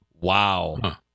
Wow